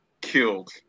killed